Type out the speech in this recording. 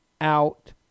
out